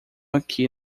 aqui